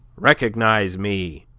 recognize me